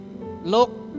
Look